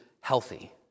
healthy